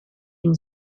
une